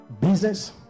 business